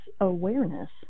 awareness